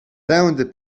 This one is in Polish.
tędy